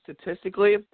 statistically